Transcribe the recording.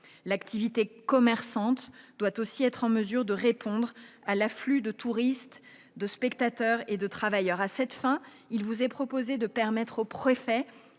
L'activité commerçante doit aussi être en mesure de répondre à l'afflux de touristes, de spectateurs et de travailleurs. À cette fin, il vous est proposé de permettre aux préfets